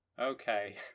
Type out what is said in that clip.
Okay